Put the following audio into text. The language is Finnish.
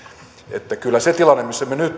kyllä se tilanne missä me me nyt